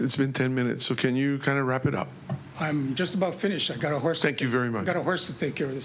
it's been ten minutes so can you kind of wrap it up i'm just about finished i got a horse thank you very much got worse to take care of